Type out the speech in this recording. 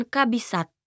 Kabisat